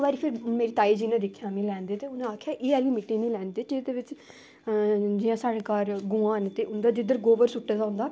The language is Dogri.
इक बारी फिर मेरी ताई जी ने दिक्खेआ मिगी लैंदे ते उ'नें आखेआ एह् आह्ली मिट्टी निं लैंदे जेह्दे बिच्च जियां साढ़े घर गवां न ते उं'दे जिद्धर गोबर सुट्टे दा होंदा